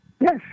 Yes